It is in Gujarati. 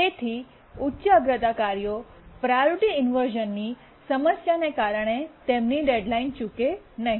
તેથી ઉચ્ચ અગ્રતા કાર્યો પ્રાયોરિટી ઇન્વર્શ઼નની સમસ્યાને કારણે તેમની ડેડ્લાઇનને ચૂકે નહીં